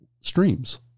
streams